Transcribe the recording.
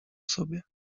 sobie